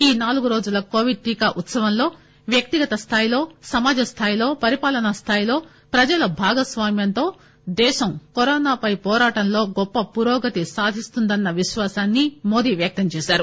ఈ నాలుగురోజుల కోవిడ్ టీకా ఉత్సవంలో వ్యక్తిగత స్థాయిలో సమాజ స్థాయిలో పరిపాలనా స్థాయిలో ప్రజల భాగస్వామ్యంతో దేశం కరోనా పై పోరాటంలో గొప్ప పురోగతి సాధిస్తుందన్న విశ్వాసాన్ని మోదీ వ్యక్తం చేశారు